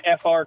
fr